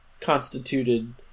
constituted